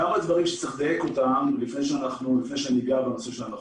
כמה דברים שיש לדייק אותם לפני שאגע בנושא ההנחות.